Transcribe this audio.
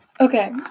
Okay